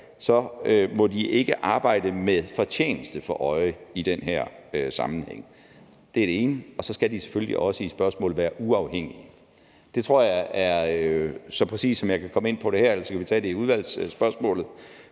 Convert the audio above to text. her – arbejde med fortjeneste for øje i den her sammenhæng. Det er det ene. Og så skal de selvfølgelig også i spørgsmålet være uafhængige – det er det andet. Det tror jeg er så præcist, som jeg kan komme ind på det her; ellers kan vi tage det som udvalgsspørgsmål.